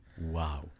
Wow